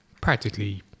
practically